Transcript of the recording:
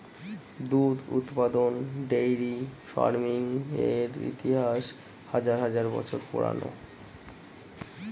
দুধ উৎপাদন dairy farming এর ইতিহাস হাজার হাজার বছর পুরানো